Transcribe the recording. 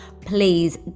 Please